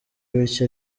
bityo